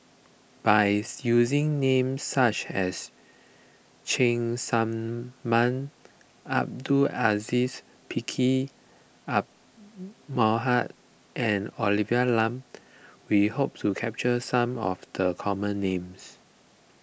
by using name such as Cheng Tsang Man Abdul Aziz Pakkeer Mohamed and Olivia Lum we hope to capture some of the common names